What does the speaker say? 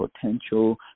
potential